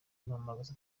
ampamamagaza